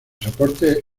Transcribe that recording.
soporte